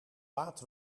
laat